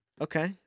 Okay